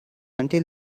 until